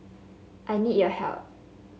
I need your help